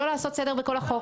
לא לעשות סדר בכל החוק.